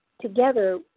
together